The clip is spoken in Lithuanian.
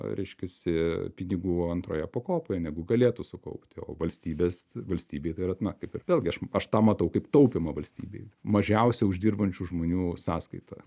reiškiasi pinigų antroje pakopoje negu galėtų sukaupti o valstybės valstybei tai yra na kaip ir vėlgi aš aš tą matau kaip taupymą valstybei mažiausiai uždirbančių žmonių sąskaita